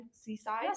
seaside